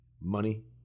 money